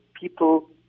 people